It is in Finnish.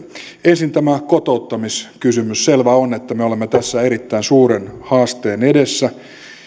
ensin tämä kotouttamiskysymys selvää on että me olemme tässä erittäin suuren haasteen edessä